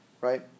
right